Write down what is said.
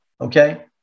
Okay